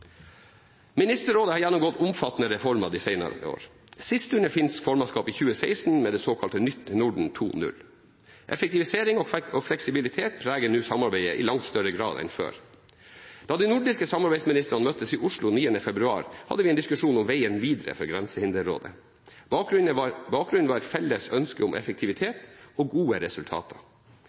Ministerrådet har gjennomgått omfattende reformer de senere år, sist under finsk formannskap i 2016, med Nytt Norden 2.0. Effektivisering og fleksibilitet preger nå samarbeidet i langt større grad enn før. Da de nordiske samarbeidsministrene møttes i Oslo 9. februar, hadde vi en diskusjon om veien videre for Grensehinderrådet. Bakgrunnen var et felles ønske om effektivitet og gode resultater.